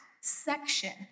section